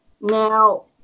Now